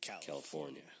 California